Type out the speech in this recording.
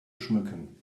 schmücken